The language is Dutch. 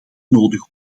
nodig